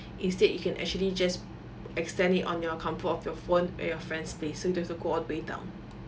instead you can actually just extend it on your comfort of your phone at your friend's places so you don't have to go all the way down